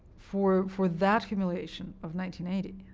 for for that humiliation of one